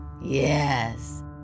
Yes